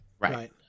Right